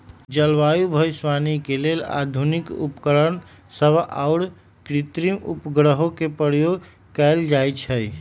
जलवायु भविष्यवाणी के लेल आधुनिक उपकरण सभ आऽ कृत्रिम उपग्रहों के प्रयोग कएल जाइ छइ